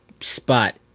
spot